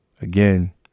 again